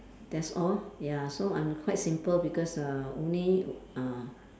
that's all ya so I'm quite simple because uh only uh